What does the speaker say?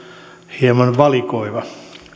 hieman valikoiva